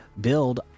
build